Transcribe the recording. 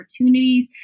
opportunities